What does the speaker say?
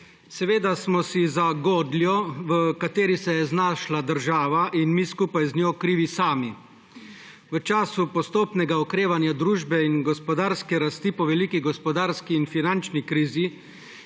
Seveda smo si za godljo, v kateri se je znašla država in mi skupaj z njo krivi sami. V času postopnega okrevanja družbe in gospodarske rasti po veliki gospodarski in finančni krizi